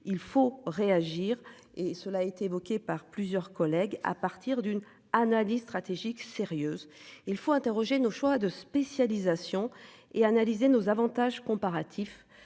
Il faut réagir et cela a été évoqué par plusieurs collègues à partir d'une analyse stratégique sérieuse il faut interroger nos choix de spécialisation et analyser nos avantages comparatifs